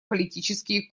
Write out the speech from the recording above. политические